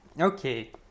Okay